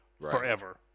forever